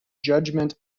judgement